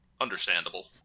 understandable